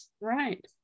Right